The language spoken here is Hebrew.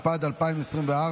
התשפ"ד 2024,